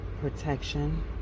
protection